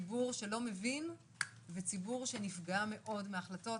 ציבור שלא מבין וציבור שנפגע מאוד מההחלטות,